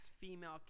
female